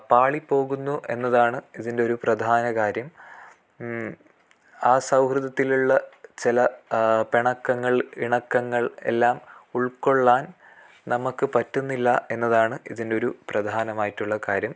പാളിപ്പോകുന്നു എന്നതാണ് ഇതിൻ്റെ ഒരു പ്രധാന കാര്യം ആ സൗഹൃദത്തിലുള്ള ചില പിണക്കങ്ങൾ ഇണക്കങ്ങൾ എല്ലാം ഉൾക്കൊള്ളാൻ നമുക്ക് പറ്റുന്നില്ല എന്നതാണ് ഇതിൻ്റെ ഒരു പ്രധാനമായിട്ടുള്ള കാര്യം